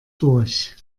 durch